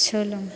सोलों